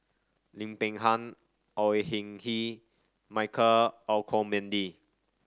Lim Peng Han Au Hing Yee Michael Olcomendy